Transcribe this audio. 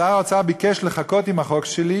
שר האוצר ביקש לחכות עם החוק שלי,